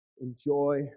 Enjoy